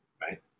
right